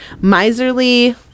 Miserly